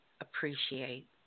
appreciate